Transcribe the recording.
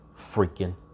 freaking